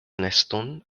neston